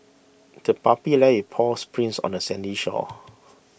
the puppy left its paw prints on the sandy shore